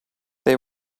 they